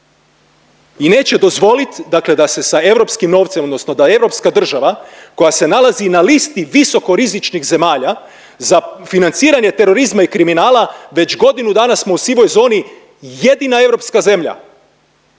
I neće dozvolit, dakle da se sa europskim novcem, odnosno da europska država koja se nalazi na listi visoko rizičnih zemalja za financiranje terorizma i kriminala već godinu dana smo u sivoj zoni jedina europska zemlja,